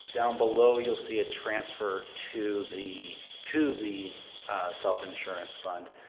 down below you will see a transfer to the to the self-insurance fund.